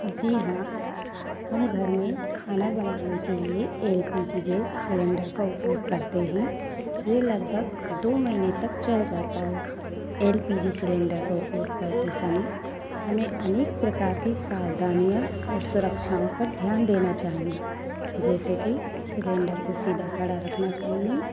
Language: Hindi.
जी हाँ हम घर में खाना बनाने के लिए L P G gas cylinder का उपयोग करते हैं यह लगभग दो महीने तक चल जाता है एल पी जी सिलिन्डर का उपयोग करते समय हमें अनके प्रकार के सावधानियां और सुरक्षाओं पर ध्यान देना चाहिए जैसेकइ सिलेंडर को सीधा खड़ा रखना चाहिए